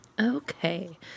Okay